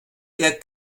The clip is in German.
der